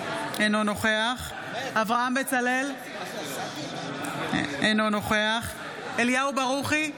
אינו נוכח אברהם בצלאל, אינו נוכח אליהו ברוכי,